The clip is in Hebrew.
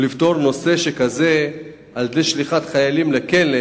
לפתור נושא שכזה על-ידי שליחת חיילים לכלא,